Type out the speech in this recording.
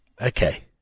okay